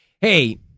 Hey